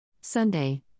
Sunday